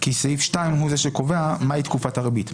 סעיף 2 הוא זה שקובע מהי תקופת הריבית.